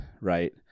right